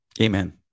Amen